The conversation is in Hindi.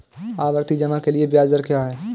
आवर्ती जमा के लिए ब्याज दर क्या है?